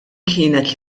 kienet